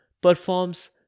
performs